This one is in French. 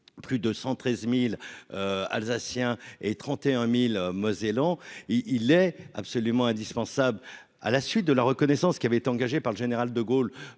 plus de 113000 alsaciens et 31000 mosellan, il est absolument indispensable à la suite de la reconnaissance, qui avait engagé par le général De Gaulle